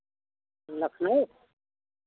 Lucknow